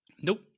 Nope